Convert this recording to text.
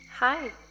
Hi